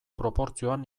proportzioan